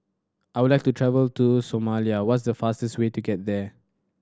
I would like to travel to Somalia what's the fastest way there